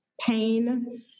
pain